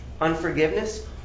unforgiveness